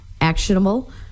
actionable